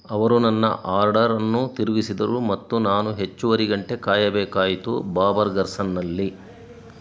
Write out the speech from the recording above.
ಅವರು ನನ್ನ ಆರ್ಡರನ್ನು ತಿರುಗಿಸಿದರು ಮತ್ತು ನಾನು ಹೆಚ್ಚುವರಿ ಗಂಟೆ ಕಾಯಬೇಕಾಯಿತು ಬಾ ಬರ್ಗಸನ್ನಲ್ಲಿ